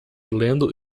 lendo